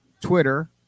twitter